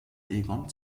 egon